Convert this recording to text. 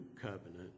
covenant